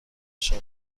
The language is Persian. چهار